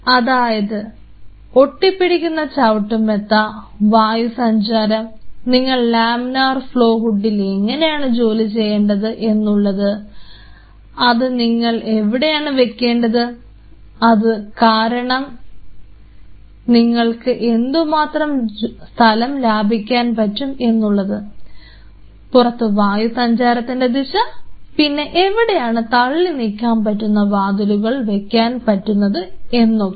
അതായത് ഒട്ടിപ്പിടിക്കുന്ന ചവിട്ടുമെത്ത വായു സഞ്ചാരം നിങ്ങൾ ലാമിനാർ ഫ്ലോ ഹുഡിൽ എങ്ങനെയാണ് ജോലി ചെയ്യേണ്ടത് എന്നുള്ളത് അത് നിങ്ങൾ എവിടെയാണ് വെക്കേണ്ടത് അത് കാരണം നിങ്ങൾക്ക് എന്തുമാത്രം സ്ഥലം ലഭിക്കാൻ പറ്റും എന്നുള്ളത് പുറത്തെ വായു സഞ്ചാരത്തിൻറെ ദിശ പിന്നെ എവിടെയാണ് തള്ളിനീക്കാൻ പറ്റുന്ന വാതിലുകൾ വെക്കാൻ പറ്റുന്നത് എന്നൊക്കെ